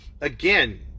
again